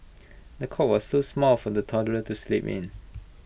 the cot was so small for the toddler to sleep in